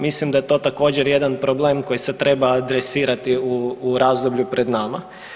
Mislim da je to također jedan problem koji se treba adresirati u razdoblju pred nama.